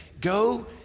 Go